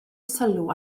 sylw